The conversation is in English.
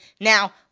Now